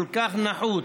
כל כך נחוץ,